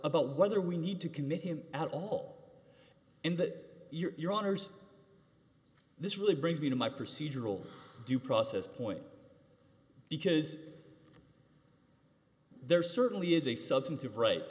about whether we need to commit him at all in that you're honors this really brings me to my procedural due process point because there certainly is a substantive right